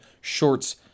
shorts